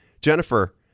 Jennifer